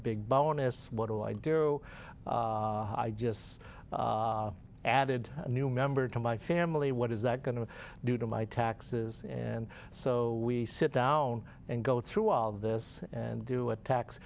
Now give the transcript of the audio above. big bonus what do i do i just added a new member to my family what is that going to do to my taxes and so we sit down and go through all this and do a ta